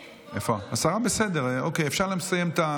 הינה, הינה היא.